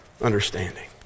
understanding